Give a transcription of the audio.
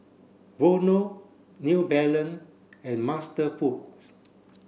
Vono New Balance and MasterFoods